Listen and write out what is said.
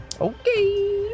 Okay